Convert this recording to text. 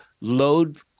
load